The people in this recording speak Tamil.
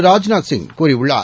ராஜ்நாத் சிங் கூறியுள்ளார்